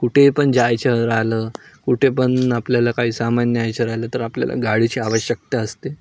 कुठे पण जायचं राहिलं कुठे पण आपल्याला काही सामान न्यायचं राहिलं तर आपल्याला गाडीची आवश्यकता असते